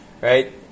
Right